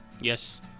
Yes